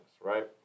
right